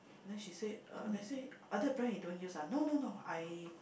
then she say uh then I say other brand you don't use ah no no no I